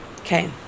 okay